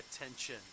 attention